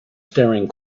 staring